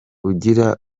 ugira